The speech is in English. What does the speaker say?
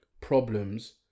problems